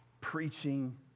preaching